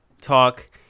talk